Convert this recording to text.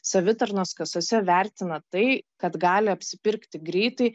savitarnos kasose vertina tai kad gali apsipirkti greitai